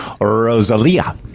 rosalia